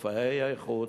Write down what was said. מופעי האיכות.